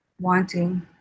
wanting